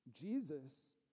Jesus